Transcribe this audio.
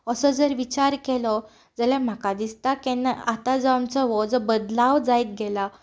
असो जर विचार केलो जाल्यार म्हाका दिसता केन्ना आतां जो आमचो हो जो बदलाव जायत गेला